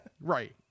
right